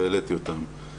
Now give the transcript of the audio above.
והעליתי אותם.